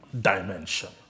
dimension